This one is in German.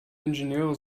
ingenieure